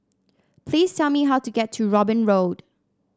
please tell me how to get to Robin Road